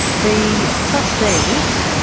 the trustees,